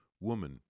Woman